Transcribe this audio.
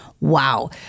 Wow